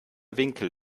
winkel